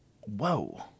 Whoa